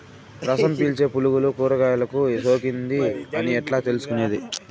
రసం పీల్చే పులుగులు కూరగాయలు కు సోకింది అని ఎట్లా తెలుసుకునేది?